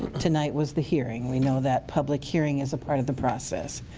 tonight was the hearing, we know that public hearing is a part of the process.